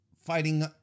fighting